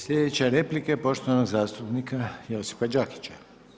Slijedeće replike poštovanog zastupnika Josipa Đakića.